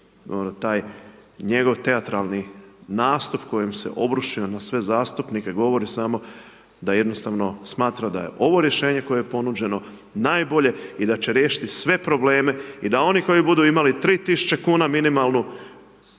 taj njegov teatralni nastup kojim se obrušio na sve zastupnike govori samo da jednostavno smatra da je ovo rješenje koje je ponuđeno najbolje i da će riješiti sve probleme i da oni koji budu imali 3.000 kuna minimalnu